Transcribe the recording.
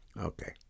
Okay